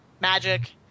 magic